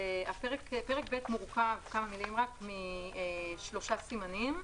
מורכב משלושה סימנים: